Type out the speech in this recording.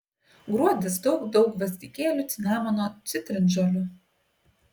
gruodis daug daug gvazdikėlių cinamono citrinžolių